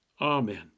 Amen